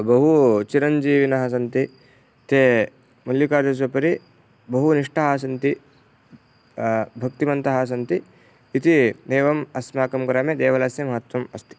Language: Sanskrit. बहु चिरञ्जीविनः सन्ति ते मल्लिकार्जुनस्य उपरि बहु निष्ठाः सन्ति भक्तिमन्तः सन्ति इति एवम् अस्माकं ग्रामे देवलयस्य महत्त्वम् अस्ति